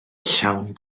llawn